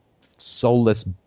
soulless